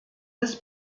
des